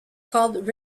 called